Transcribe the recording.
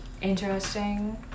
Interesting